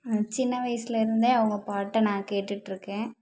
நான் சின்ன வயசில் இருந்தே அவங்க பாட்டை நான் கேட்டுகிட்ருக்கேன்